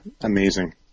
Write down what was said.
amazing